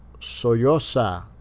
Soyosa